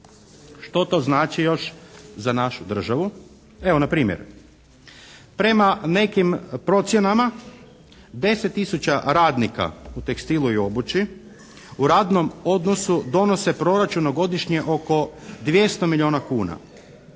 Što to znači još za našu državu? Evo npr., prema nekim procjenama 10 tisuća radnika u tekstilu i obući u radnom odnosu donose proračunu godišnje oko 200 milijuna kuna.